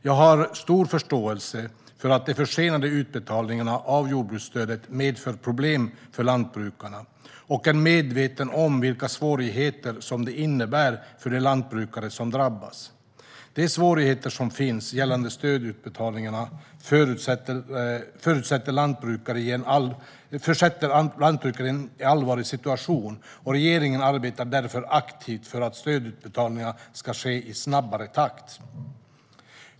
Jag har stor förståelse för att de försenade utbetalningarna av jordbrukarstöden medför problem för lantbrukarna och är medveten om vilka svårigheter som det innebär för de lantbrukare som drabbas. De svårigheter som finns gällande stödutbetalningarna försätter lantbrukare i en allvarlig situation, och regeringen arbetar därför aktivt för att stödutbetalningarna ska ske i snabbare takt.